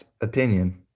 opinion